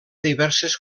diverses